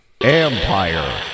empire